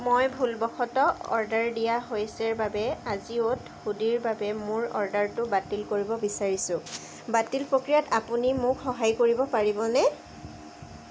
মই ভুলবশতঃ অৰ্ডাৰ দিয়া হৈছে বাবে আজিঅ'ত হুডিৰ বাবে মোৰ অৰ্ডাৰটো বাতিল কৰিব বিচাৰিছোঁ বাতিল প্ৰক্ৰিয়াত আপুনি মোক সহায় কৰিব পাৰিবনে